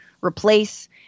replace